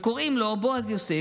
וקוראים לו בועז יוסף,